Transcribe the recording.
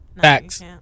Facts